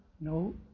No